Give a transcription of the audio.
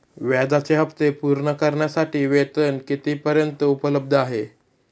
व्याजाचे हप्ते पूर्ण करण्यासाठी वेतन किती पर्यंत उपलब्ध आहे?